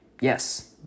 Yes